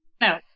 no